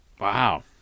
Wow